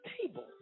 table